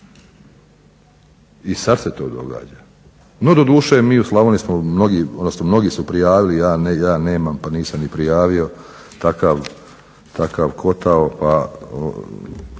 I sad se to događa. No doduše mi u Slavoniji smo mnogi, odnosno mnogi su prijavili, ja nemam pa nisam ni prijavio takav kotao pa